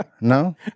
No